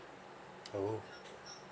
oh